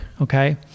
okay